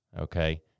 Okay